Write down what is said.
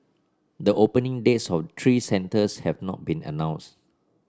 the opening dates of the three centres have not been announced